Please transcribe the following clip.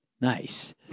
Nice